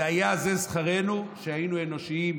והיה זה שכרנו, שהיינו אנושיים.